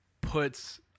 puts